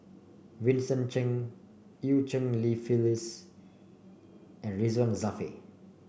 Vincent Cheng Eu Cheng Li Phyllis and Ridzwan Dzafir